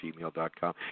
gmail.com